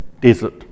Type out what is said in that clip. desert